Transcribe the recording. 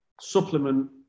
supplement